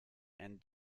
end